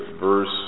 verse